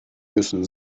müssen